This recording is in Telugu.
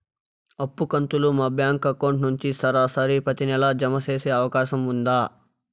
అప్పు కంతులు మా బ్యాంకు అకౌంట్ నుంచి సరాసరి ప్రతి నెల జామ సేసే అవకాశం ఉందా?